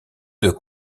deux